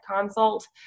consult